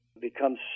becomes